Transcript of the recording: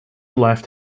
left